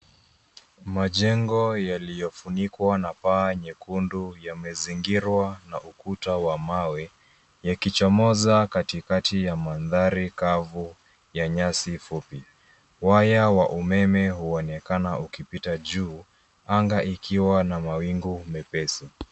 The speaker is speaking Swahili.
Majengo yaliyofunikwa na paa nyekundu yamezingirwa na ukuta wa mawe ya kichomoza katikati ya mandhari kavu ya nyasi fupi ,waya wa umeme huonekana ukipita juu anga ikiwa na mawingu mepesi.